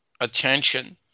attention